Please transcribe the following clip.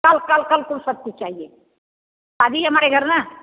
कल कल कल कल सब कुछ चाहिए शादी है हमारे घर ना